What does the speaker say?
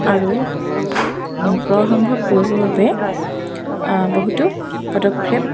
আৰু ক্ৰয় সম্ভৱ কৰিবৰ বাবে বহুতো পদক্ষেপ